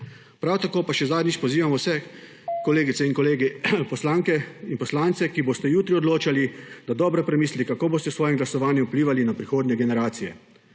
Prav tako pa še zadnjič pozivamo vse kolegice in kolege poslanke in poslance, ki boste jutri odločali, da dobro premislite, kako boste s svojim glasovanjem vplivali na prihodnje generacije.